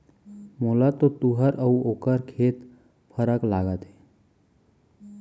मोला तो तुंहर अउ ओकर खेत फरक लागत हे